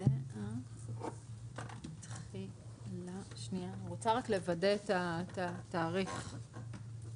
"טיוטת תקנות הטלגרף האלחוטי (רישיונות,